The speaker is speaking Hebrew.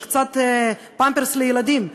יש קצת "פמפרס" לילדים,